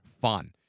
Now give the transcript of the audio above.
fun